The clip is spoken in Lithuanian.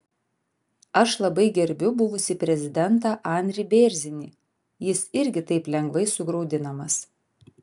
aš labai gerbiu buvusį prezidentą andrį bėrzinį jis irgi taip lengvai sugraudinamas